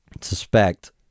suspect